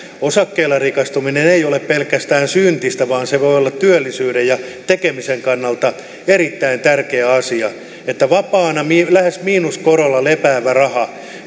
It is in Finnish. osakkeilla rikastuminen ei ole pelkästään syntistä vaan se voi olla työllisyyden ja tekemisen kannalta erittäin tärkeä asia että vapaana lähes miinuskorolla lepäävä raha